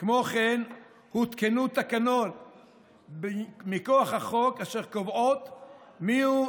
הותקנו תקנות מכוח החוק אשר קובעות מיהו,